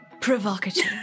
provocative